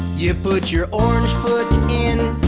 you put your orange foot in,